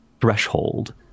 threshold